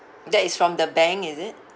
that is from the bank is it